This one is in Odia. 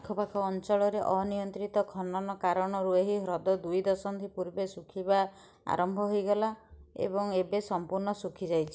ଆଖପାଖ ଅଞ୍ଚଳରେ ଅନିୟନ୍ତ୍ରିତ ଖନନ କାରଣରୁ ଏହି ହ୍ରଦ ଦୁଇ ଦଶନ୍ଧି ପୂର୍ବେ ଶୁଖିବା ଆରମ୍ଭ ହୋଇଗଲା ଏବଂ ଏବେ ସମ୍ପୂର୍ଣ୍ଣ ଶୁଖିଯାଇଛି